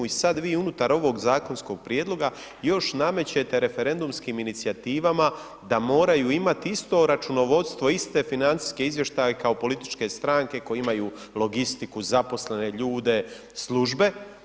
I sad vi unutar ovog zakonskog prijedloga još namećete referendumskim inicijativama da moraju imati isto računovodstvo, iste financijske izvještaje kao političke stranke koje imaju logistiku, zaposlene ljude, službe.